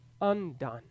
undone